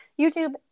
youtube